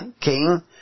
King